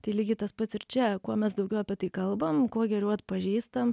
tai lygiai tas pats ir čia kuo mes daugiau apie tai kalbam kuo geriau atpažįstam